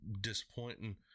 disappointing